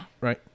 Right